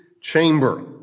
chamber